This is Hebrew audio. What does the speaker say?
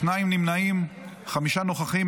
שניים נמנעים, חמישה נוכחים.